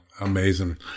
Amazing